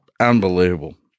Unbelievable